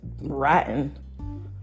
rotten